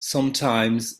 sometimes